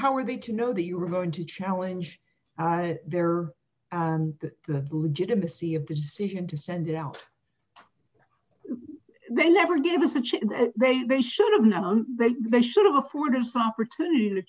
how are they to know that you are going to challenge their and the legitimacy of the decision to send it out they never give us a check and they they should have known that they should have the foreigners opportunity to